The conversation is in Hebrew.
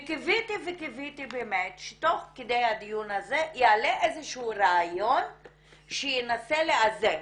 וקיוויתי וקיוויתי שתוך כדי הדיון הזה יעלה איזשהו רעיון שינסה לאזן